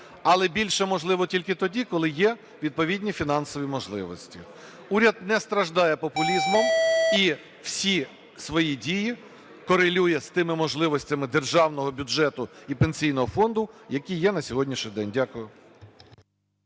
але більше можливо тільки тоді, коли є відповідні фінансові можливості. Уряд не страждає популізмом і всі свої дії корелює з тими можливостями державного бюджету і Пенсійного фонду, які є на сьогоднішній день. Дякую.